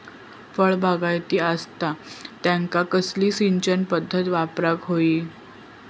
फळबागायती असता त्यांका कसली सिंचन पदधत वापराक होई?